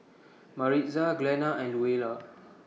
Maritza Glenna and Luella